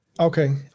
Okay